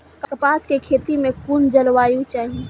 कपास के खेती में कुन जलवायु चाही?